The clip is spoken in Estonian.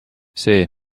see